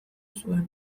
zuen